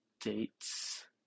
dates